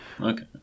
okay